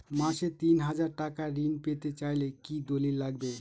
মাসে তিন হাজার টাকা ঋণ পেতে চাইলে কি দলিল লাগবে?